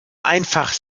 einfach